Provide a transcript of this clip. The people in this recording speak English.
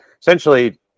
essentially